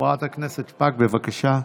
חברת הכנסת שפק, בבקשה.